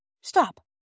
Stop